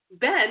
Ben